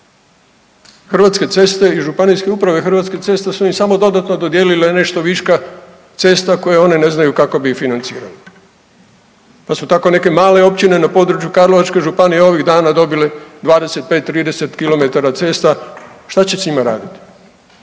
Hrvatske ceste i županijske uprave Hrvatskih cesta su im samo dodatno dodijelile nešto viška cesta koje one ne znaju kako bi financirali. Pa su tako neke male općine na području Karlovačke županije ovih dana dobile 25, 30 kilometara cesta, šta će s njima raditi?